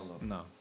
no